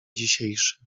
dzisiejszy